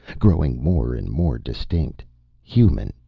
growing more and more distinct human,